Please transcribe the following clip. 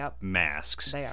masks